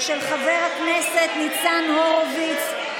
של חבר הכנסת ניצן הורוביץ.